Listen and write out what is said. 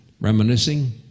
reminiscing